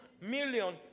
million